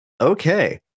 Okay